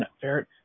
Fair